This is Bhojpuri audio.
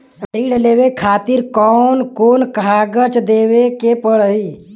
ऋण लेवे के खातिर कौन कोन कागज देवे के पढ़ही?